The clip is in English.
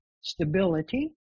stability